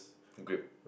grip